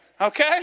Okay